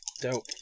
Dope